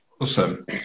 Awesome